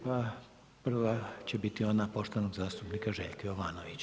Prva će biti ona poštovanog zastupnika Željka Jovanovića.